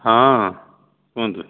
ହଁ କୁହନ୍ତୁ